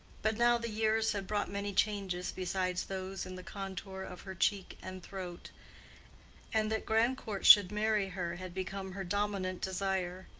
but now the years had brought many changes besides those in the contour of her cheek and throat and that grandcourt should marry her had become her dominant desire.